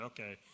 Okay